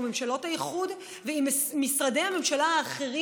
ממשלות האיחוד ועם משרדי הממשלה האחרים